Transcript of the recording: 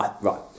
right